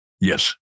Yes